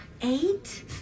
Eight